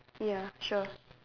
ya sure